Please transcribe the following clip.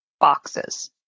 boxes